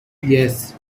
yes